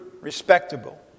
respectable